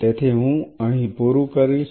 તેથી હું અહીં પૂરું કરીશ